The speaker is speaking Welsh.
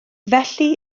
felly